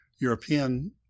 european